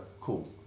cool